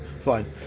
fine